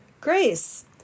grace